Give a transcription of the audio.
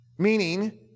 Meaning